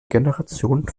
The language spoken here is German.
generation